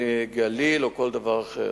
"גליל" או כל דבר אחר.